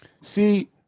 See